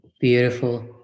Beautiful